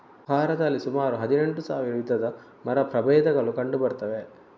ಭಾರತದಲ್ಲಿ ಸುಮಾರು ಹದಿನೆಂಟು ಸಾವಿರ ವಿಧದ ಮರ ಪ್ರಭೇದಗಳು ಕಂಡು ಬರ್ತವೆ